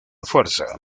fuerza